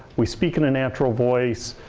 we speak in a natural voice,